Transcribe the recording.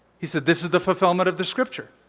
he said, this is the fulfillment of the scripture.